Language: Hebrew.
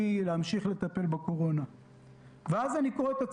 זה יבוא